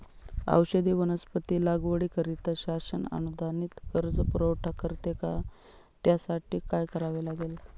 औषधी वनस्पती लागवडीकरिता शासन अनुदानित कर्ज पुरवठा करते का? त्यासाठी काय करावे लागेल?